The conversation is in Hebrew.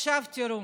תראו,